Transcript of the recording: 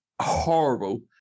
Horrible